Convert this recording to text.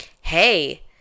hey